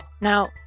Now